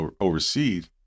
overseas